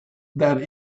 that